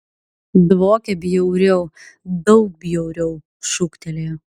dvokia bjauriau daug bjauriau šūktelėjo